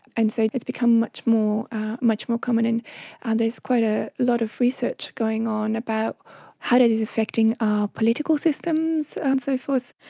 and so that's become much more much more common, and and there's quite a lot of research going on about how this is affecting our political systems and so forth.